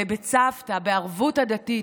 בצוותא, בערבות הדדית,